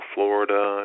Florida